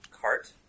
cart